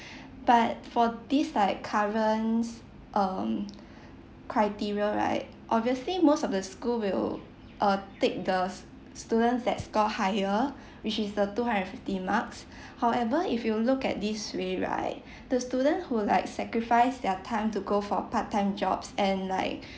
but for these like currents um criteria right obviously most of the school will uh take the s~ students that score higher which is the two hundred and fifty marks however if you look at this way right the student who like sacrifice their time to go for part time jobs and like